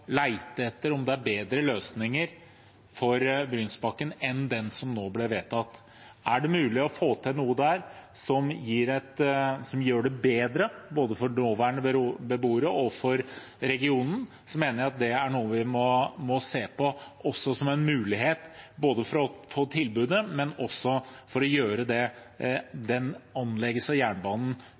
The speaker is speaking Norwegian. etter om det er bedre løsninger for Brynsbakken enn den som nå ble vedtatt. Om det er mulig å få til noe der som gjør det bedre, både for nåværende beboere og for regionen, mener jeg det er noe vi må se på også som en mulighet, både for å få tilbudet, og også for å gjøre den omleggelsen av jernbanen